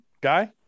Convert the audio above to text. guy